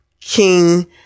King